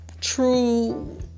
true